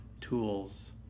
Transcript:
tools